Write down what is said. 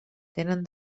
tenen